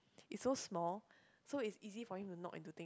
it's so small so it's easy for him to knock into things